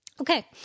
Okay